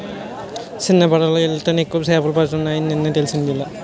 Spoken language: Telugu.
సిన్నపడవలో యెల్తేనే ఎక్కువ సేపలు పడతాయని నిన్నే తెలిసిందిలే